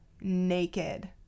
naked